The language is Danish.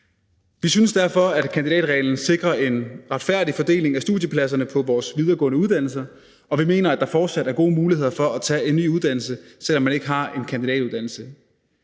Vi synes derfor, at kandidatreglen sikrer en retfærdig fordeling af studiepladserne på vores videregående uddannelser, og vi mener, at der fortsat er gode muligheder for at tage en ny uddannelse, selv om man har en kandidatuddannelse.